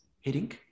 hitting